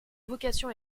vocation